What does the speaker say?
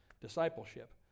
discipleship